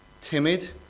timid